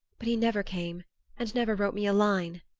but he never came and never wrote me a line.